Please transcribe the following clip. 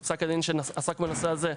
בפסק הדין שעסק בנושא הזה,